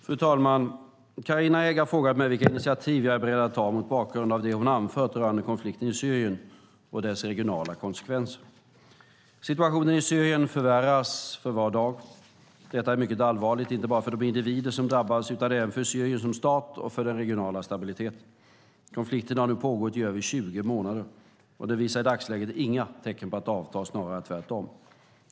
Fru talman! Carina Hägg har frågat mig vilka initiativ jag är beredd att ta mot bakgrund av det hon anfört rörande konflikten i Syrien och dess regionala konsekvenser. Situationen i Syrien förvärras för var dag. Detta är mycket allvarligt, inte bara för de individer som drabbas utan även för Syrien som stat och för den regionala stabiliteten. Konflikten har nu pågått i över 20 månader och den visar i dagsläget inga tecken på att avta, snarare tvärtom.